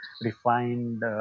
refined